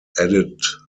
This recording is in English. added